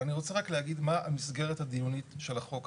אבל אני רוצה רק להגיד מה המסגרת הדיונית של החוק.